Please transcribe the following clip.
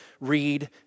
read